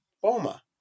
Boma